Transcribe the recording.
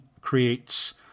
creates